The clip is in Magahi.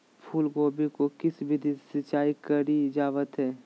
फूलगोभी को किस विधि से सिंचाई कईल जावत हैं?